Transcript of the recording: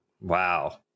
wow